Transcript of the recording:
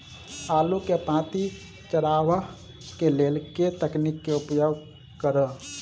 आलु केँ पांति चरावह केँ लेल केँ तकनीक केँ उपयोग करऽ?